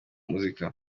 muzika